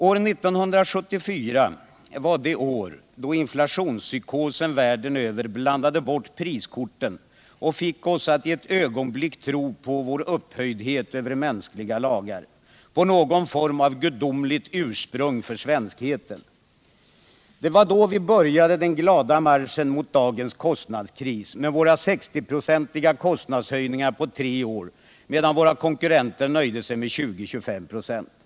År 1974 var det år då inflationspsykosen världen över blandade bort priskorten och fick oss att ett ögonblick tro på vår upphöjdhet över mänskliga lagar, på någon form av gudomligt ursprung för svenskheten. Det var då vi började den glada marschen mot dagens kostnadskris med våra 60-procentiga kostnadshöjningar på tre år, medan våra konkurrenter nöjde sig med 20-25 96.